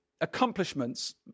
accomplishments